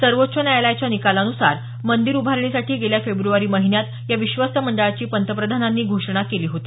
सर्वोच्च न्यायालयाच्या निकालानुसार मंदिर उभारणीसाठी गेल्या फेब्रवारी महिन्यात या विश्वस्त मंडळाची पंतप्रधानांनी घोषणा केली होती